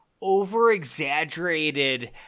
over-exaggerated